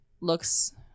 looks